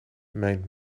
mijn